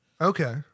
Okay